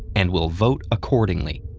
and will vote accordingly.